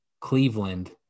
Cleveland